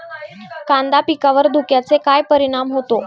कांदा पिकावर धुक्याचा काय परिणाम होतो?